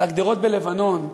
על הגדרות בלבנון,